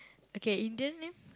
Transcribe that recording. okay Indian name